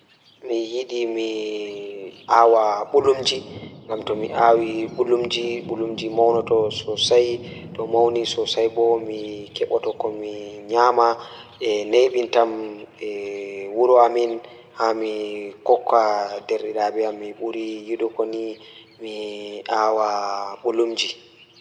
Miyiɗi mi aawa ɓulumji So mi waɗi woni fowru ngam hokkude ndiyam, mi ɗon waɗi. Miɗo hokkude mbodɗe fowru e cuuɗi, mi waɗi roɓɓe ngal ɗo waɗi ɗuum ngam mi njogii ngam duppeede yitteede. Mi ɗon waɗi mbodɗe ɗe joni, maanaɓe e mori